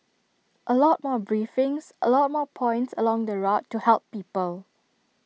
A lot more briefings A lot more points along the route to help people